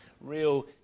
real